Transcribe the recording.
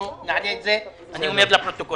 נעלה את זה אני אומר לפרוטוקול.